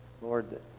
Lord